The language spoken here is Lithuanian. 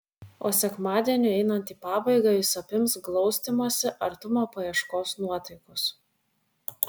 o sekmadieniui einant į pabaigą jus apims glaustymosi artumo paieškos nuotaikos